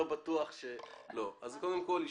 קודם כל,